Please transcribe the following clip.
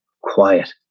quiet